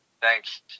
Thanks